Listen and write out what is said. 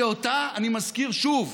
שאותה, אני מזכיר שוב,